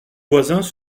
voisins